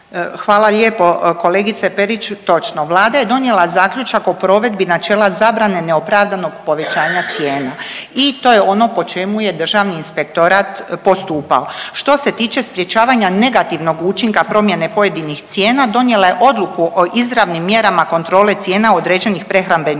Hvala lijepo. Kolegice Perić, točno. Vlada je donijela zaključak o provedbi načela zabrane neopravdanog povećanja cijena i to je ono po čemu je državni inspektorat postupao. Što se tiče sprječavanja negativnog učinka promjene pojedinih cijena donijela je odluku o izravnim mjerama kontrole cijena određenih prehrambenih